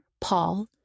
Paul